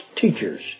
teachers